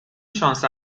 شانس